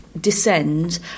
Descend